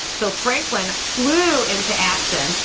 so franklin flew into action!